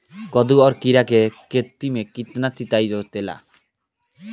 कदु और किरा के खेती में सिंचाई कब होला?